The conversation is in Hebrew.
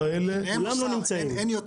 כולם לא נמצאים.